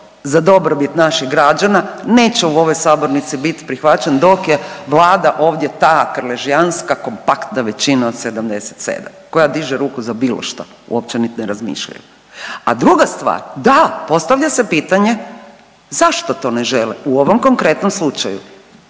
za dobrobit naših građana, neće u ovoj sabornici bit prihvaćen dok je Vlada ovdje ta krželijanska kompaktna većina od 77, koja diže ruku za bilo što, uopće nit ne razmišljaju. A druga stvar, da, postavlja se pitanje zašto to ne žele, u ovom konkretnom slučaju